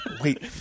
Wait